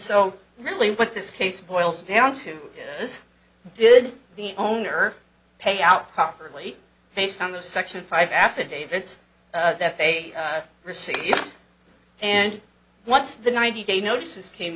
so really what this case boils down to is did the owner pay out properly based on the section five affidavits that they received and what's the ninety day notices came